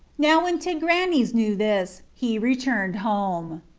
now when tigranes knew this, he returned home.